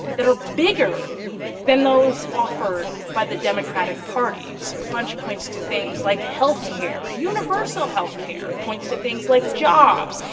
that are bigger than those offered by the democratic parties. so bunche points to things like health care, universal health care, points to things like jobs.